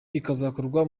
bikazakorwa